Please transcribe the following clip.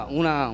una